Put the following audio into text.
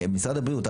משרד הבריאות,